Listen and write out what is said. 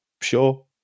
sure